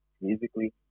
musically